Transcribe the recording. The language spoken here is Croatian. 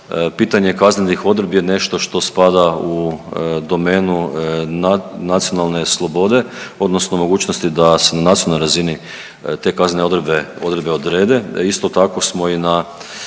pitanje kaznenih odredbi je nešto što spada u domenu nacionalne slobode odnosno mogućnosti da se na nacionalnoj razini te kaznene odredbe,